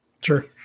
Sure